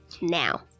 now